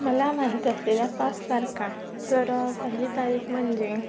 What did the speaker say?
मला माहीत असलेल्या पाच तारखा तर पहिली तारीख म्हणजे